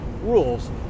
rules